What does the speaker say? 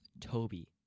Toby